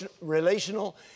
relational